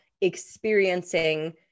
experiencing